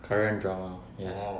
korean drama yes